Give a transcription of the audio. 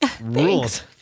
rules